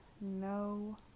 no